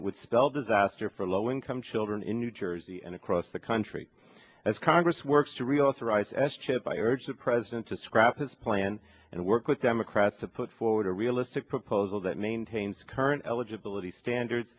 would spell disaster for low income children in new jersey and across the country as congress works to reauthorize s chip i urge the president to scrap his plan and work with democrats to put forward a realistic proposal that maintains current eligibility standards